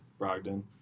Brogdon